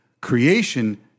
Creation